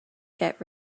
get